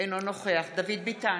אינו נוכח דוד ביטן,